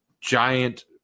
giant